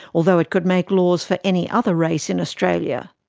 although it could make laws for any other race in australia.